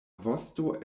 vosto